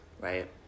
Right